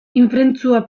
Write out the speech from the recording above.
ifrentzua